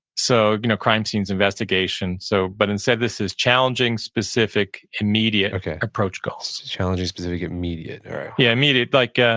so, you know, crime scenes investigation, so but instead, this is challenging, specific, immediate, approach goals challenges, specific, immediate yeah, immediate, like, yeah